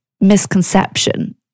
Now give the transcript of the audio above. misconception